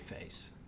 face